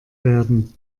werden